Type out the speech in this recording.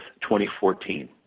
2014